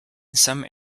some